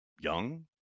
young